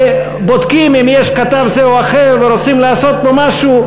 כשבודקים אם יש כתב זה או אחר ורוצים לעשות פה משהו,